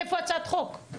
איפה הצעת חוק?